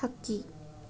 ಹಕ್ಕಿ